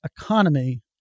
economy